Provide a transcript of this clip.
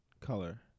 Color